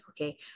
okay